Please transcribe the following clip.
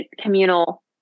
communal